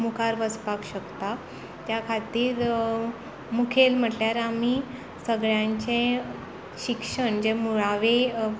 मुखार वचपाक शकता त्या खातीर मुखेल म्हणल्यार आमी सगळ्यांचे शिक्षण जे मुळावें